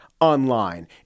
online